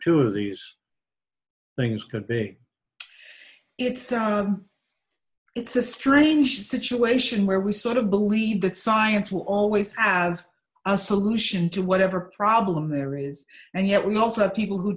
two of these things could be it's the it's a strange situation where we sort of believe that science will always have a solution to whatever problem there is and yet we also have people who